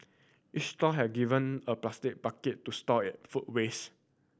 each stall has given a plastic bucket to store it food waste